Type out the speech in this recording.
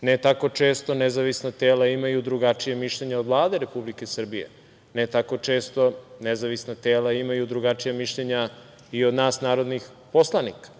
ne tako često nezavisna tela imaju drugačije mišljenje od Vlade Republike Srbije, ne tako često nezavisna tela imaju drugačija mišljenja i od nas narodnih poslanika.